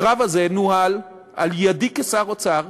הקרב הזה נוהל על-ידי כשר האוצר,